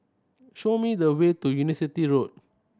show me the way to University Road